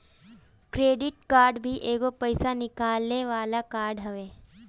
credit card भी एगो पईसा निकाले वाला कार्ड हवे